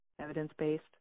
evidence-based